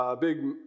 big